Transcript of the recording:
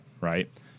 right